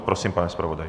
Prosím, pane zpravodaji.